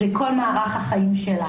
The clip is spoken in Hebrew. זה כל מערך החיים.